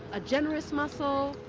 a generous muscle.